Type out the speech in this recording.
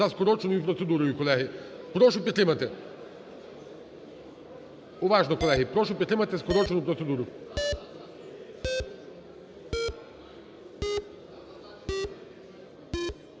за скороченою процедурою, колеги, прошу підтримати. Уважно, колеги, прошу підтримати скорочену процедуру.